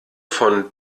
von